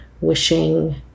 wishing